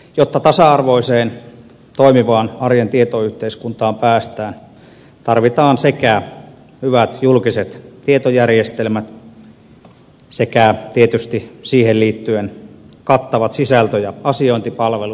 jotta tasa arvoiseen toimivaan arjen tietoyhteiskuntaan päästään tarvitaan sekä hyvät julkiset tietojärjestelmät että tietysti siihen liittyen kattavat sisältö ja asiointipalvelut